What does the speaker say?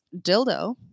dildo